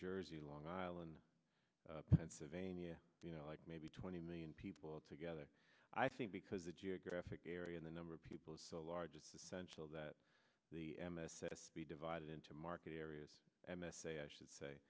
jersey long island pennsylvania you know like maybe twenty million people altogether i think because the geographic area and the number of people is so large it's essential that the m s s be divided into market areas m s a i should say